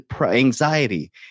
anxiety